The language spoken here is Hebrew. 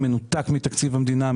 מנותק מתקציב המדינה,